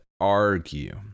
argue